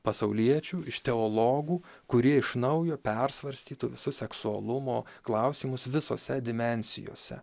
pasauliečių iš teologų kurie iš naujo persvarstytų visus seksualumo klausimus visose dimensijose